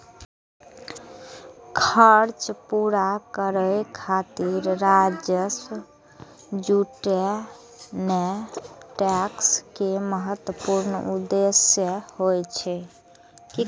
खर्च पूरा करै खातिर राजस्व जुटेनाय टैक्स के महत्वपूर्ण उद्देश्य होइ छै